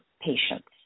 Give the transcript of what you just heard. patients